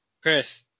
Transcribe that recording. Chris